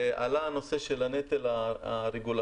ועלה הנושא של הנטל הרגולטורי.